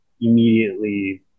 immediately